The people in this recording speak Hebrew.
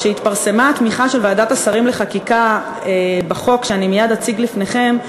כשהתפרסמה התמיכה של ועדת השרים לחקיקה בחוק שמייד אציג לפניכם,